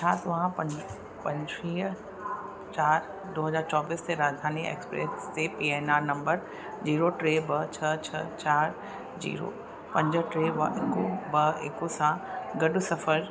छा तव्हां पं पंजुवीह चारि दो हज़ार चोबीस ते राजधानी एक्सप्रेस ते P N R number zero टे ॿ छह छह चारि जीरो पंज टे व हिकु ॿ हिक सां गॾु सफ़र